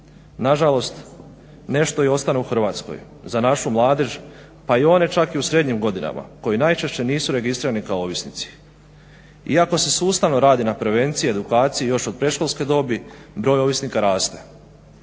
Nažalost nešto i ostane u Hrvatskoj, za našu mladež pa i one čak i u srednjim godinama koji najčešće nisu registrirani kao ovisnici. Iako se sustavno radi na prevenciji, edukaciji još od predškolske dobi broj ovisnika raste.